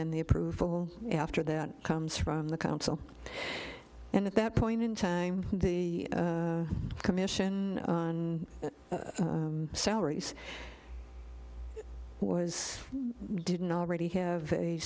then the approval after that comes from the council and at that point in time the commission salaries was didn't already have a